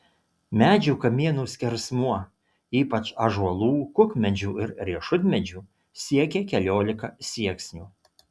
medžių kamienų skersmuo ypač ąžuolų kukmedžių ir riešutmedžių siekė keliolika sieksnių